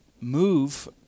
move